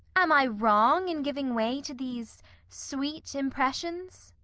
am i wrong in giving way to these sweet impressions?